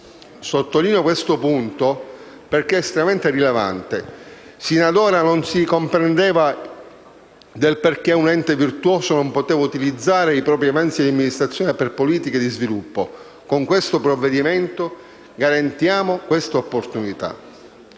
Sottolineo questo punto perché estremamente rilevante: sino ad ora non si comprendeva perché un ente virtuoso non potesse utilizzare i propri avanzi di amministrazione per politiche di sviluppo. Con questo provvedimento garantiamo questa opportunità.